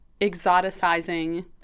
exoticizing